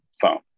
phone